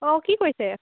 অঁ কি কৰিছে